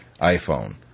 iPhone